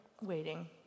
waiting